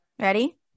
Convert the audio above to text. Ready